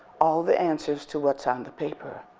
all the answers to what's on the paper,